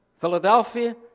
Philadelphia